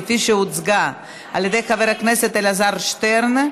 כפי שהוצגה על ידי חבר הכנסת אלעזר שטרן.